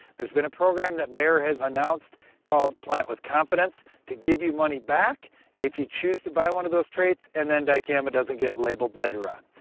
there's been a program that bayer has announced called plant with confidence to give you money back if you choose to buy one of those traits and then dicamba doesn't get labeled later on.